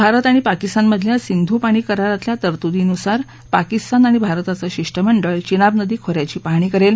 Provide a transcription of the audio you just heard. भारत आणि पाकिस्तानमधल्या सिंधु पाणी करारातल्या तरतुदींनुसार पाकिस्तान आणि भारताचं शिष्टमंडळ चिनाब नदी खोऱ्याची पाहणी करेल